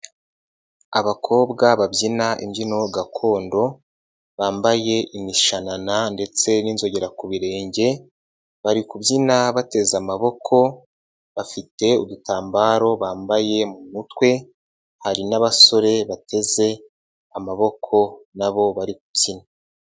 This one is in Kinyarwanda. Abakobwa babyina imbyino gakondo, bambaye imishanana ndetse n'inzogera ku birenge, bari kubyina bateze amaboko, bafite udutambaro bambaye mu mutwe, hari n'abasore bateze amaboko n'abo baribyina.